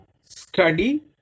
study